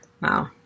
Wow